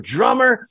Drummer